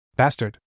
Bastard